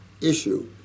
issue